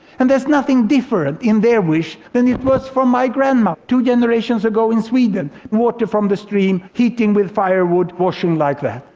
and there's nothing different in their wish than but from my grandmother two generations ago in sweden, water from the stream, heating with firewood, washing like that.